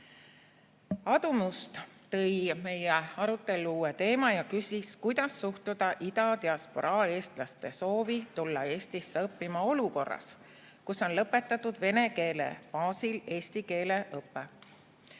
Must tõi meie arutellu uue teema ja küsis, kuidas suhtuda ida diasporaa eestlaste soovi tulla Eestisse õppima olukorras, kus on lõpetatud vene keele baasil eesti keele õpe.